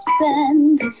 spend